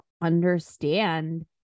understand